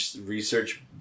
research